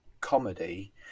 comedy